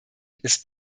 ist